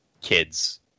kids